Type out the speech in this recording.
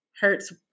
Hurts